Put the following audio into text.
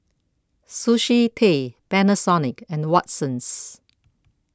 Sushi Tei Panasonic and Watsons